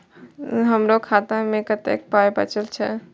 हमर खाता मे कतैक पाय बचल छै